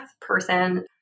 person